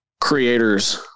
creators